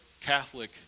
Catholic